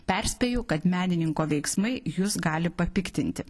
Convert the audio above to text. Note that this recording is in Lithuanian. perspėju kad menininko veiksmai jus gali papiktinti